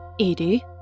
Edie